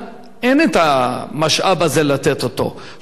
כשאתה לוקח סכומים כאלו,